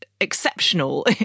exceptional